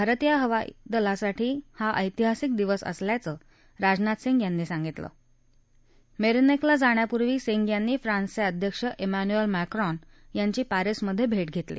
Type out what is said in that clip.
भारतीय वायू दलासाठी हा ऐतिहासिक दिवस असल्याचं राजनाथ सिंग म्हणाल मसिक्ला जाण्यापूर्वी सिंग यांनी फ्रान्सच अध्यक्ष एम्यान्युअल मॅक्रॉन यांची पॅरिसमध सिंद घेतली